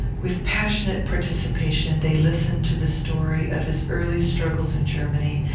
with passionate participation they listened to the story of his early struggles in germany,